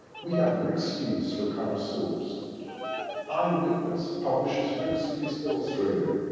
we have rick steves for connoisseurs. eyewitness publishes rick steves illustrated,